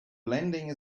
blending